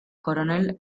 coronel